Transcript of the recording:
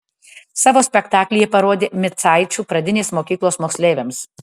savo spektaklį jie parodė micaičių pradinės mokyklos moksleiviams